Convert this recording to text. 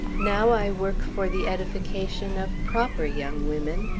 now i work for the edification of proper young women,